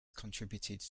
contributed